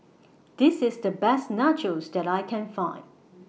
This IS The Best Nachos that I Can Find